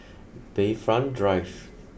Bayfront Drive